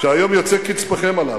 שהיום יוצא קצפכם עליו.